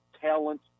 talent